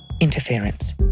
interference